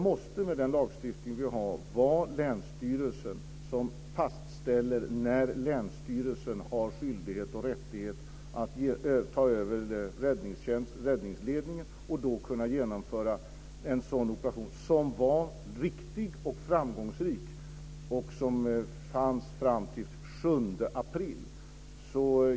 Med den lagstiftning som vi har måste det vara länsstyrelsen som fastställer när länsstyrelsen har skyldighet och rättighet att ta över räddningsledningen och genomföra en sådan operation som var riktig och framgångsrik och som gällde fram till den 7 april.